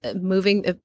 moving